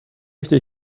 möchte